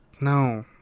No